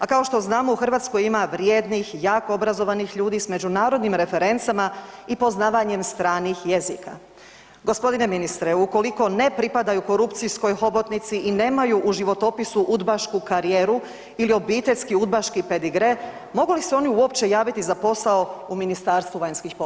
A kao što znamo u Hrvatskoj ima vrijednih, jako obrazovanih ljudi s međunarodnim referencama i poznavanjem stranih jezika. g. Ministre, ukoliko ne pripadaju korupcijskoj hobotnici i nemaju u životopisu udbašku karijeru ili obiteljski udbaški pedigre mogu li se oni uopće javiti za posao u Ministarstvu vanjskih poslova?